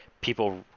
people